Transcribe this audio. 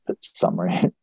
summary